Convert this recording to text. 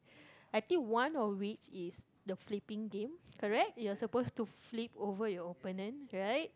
I think one of which is the flipping game correct you're supposed to flip over your opponent right